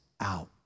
out